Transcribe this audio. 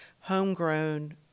homegrown